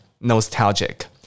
nostalgic